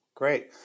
Great